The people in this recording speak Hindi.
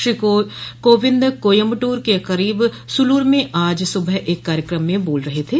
श्री कोविंद कोयम्बटूर के करीब सुलूर में आज सुबह एक कार्यकम में बोल रहे थे